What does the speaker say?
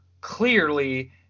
clearly